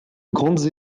grande